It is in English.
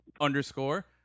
underscore